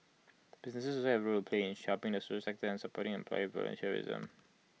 businesses also have A role to play in helping the social sector and supporting employee volunteerism